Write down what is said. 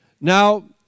Now